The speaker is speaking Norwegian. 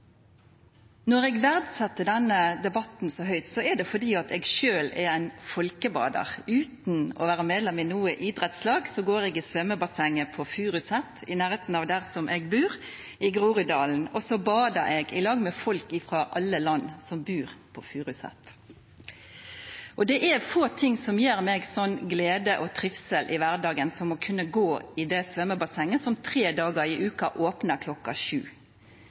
Når jeg verdsetter denne debatten så høyt, er det fordi jeg selv er en folkebader. Uten å være medlem i noe idrettslag går jeg i svømmebassenget på Furuset, i nærheten av der hvor jeg bor i Groruddalen, og bader i lag med folk fra alle land – som bor på Furuset. Det er få ting som gir meg sånn glede og trivsel i hverdagen som det å kunne gå i svømmebassenget, som tre dager i uken åpner